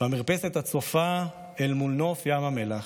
במרפסת הצופה אל מול נוף ים המלח,